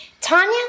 Tanya